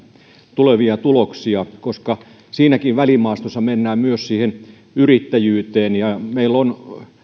tulevia tuloksia koska siinäkin välimaastossa mennään myös yrittäjyyteen meillä on suomessa